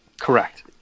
correct